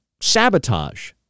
sabotage